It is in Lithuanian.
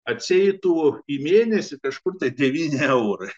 atsieitų į mėnesį kažkur tai devyni eurai